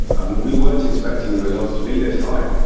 um we weren't expecting the results to be this high.